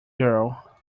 girl